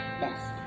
Yes